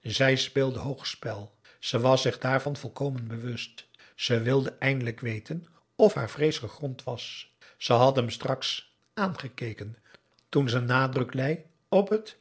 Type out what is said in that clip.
zij speelde hoog spel ze was zich daarvan volkomen bewust ze wilde eindelijk weten of haar vrees gegrond was ze had hem straks aangekeken toen ze nadruk lei op het